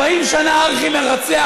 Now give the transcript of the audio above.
40 שנה ארכי-מרצח,